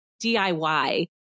DIY